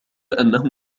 أنه